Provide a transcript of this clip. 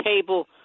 table